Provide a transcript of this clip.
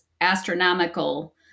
astronomical